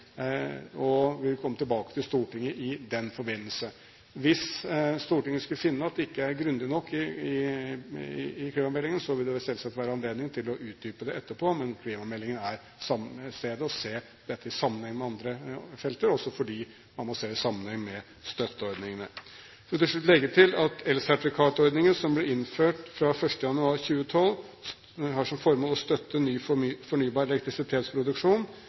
den forbindelse. Hvis Stortinget skulle finne at det ikke er grundig nok behandlet i klimameldingen, vil det selvsagt være anledning til å utdype det etterpå, men klimameldingen er stedet å se på dette, i sammenheng med andre felter, også fordi man må se det i sammenheng med støtteordningene. Jeg vil til slutt legge til at elsertifikatordningen som ble innført fra 1. januar 2012, har som formål å støtte ny fornybar elektrisitetsproduksjon,